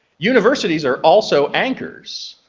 universities are also anchors,